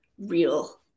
real